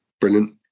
brilliant